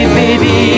baby